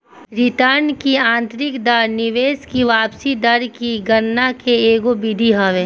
return की आतंरिक दर निवेश की वापसी दर की गणना के एगो विधि हवे